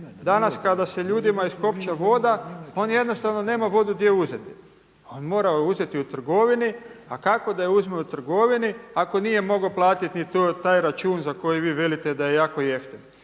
Danas kada se ljudima iskopča voda on jednostavno nema vodu gdje uzeti. On mora uzeti u trgovini, a kako da je uzme u trgovini ako nije mogao platiti ni taj račun za koji vi velike da je jako jeftin.